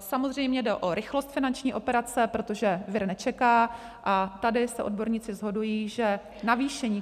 Samozřejmě jde o rychlost finanční operace, protože vir nečeká, a tady se odborníci shodují, že